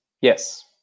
Yes